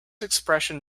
expression